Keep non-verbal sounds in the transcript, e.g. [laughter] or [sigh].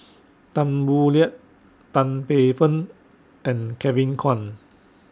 [noise] Tan Boo Liat Tan Paey Fern and Kevin Kwan